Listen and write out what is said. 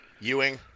Ewing